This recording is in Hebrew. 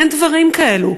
אין דברים כאלה.